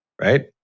right